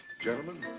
gentlemen,